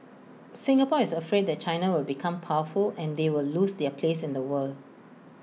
Singapore is afraid that China will become powerful and they will lose their place in the world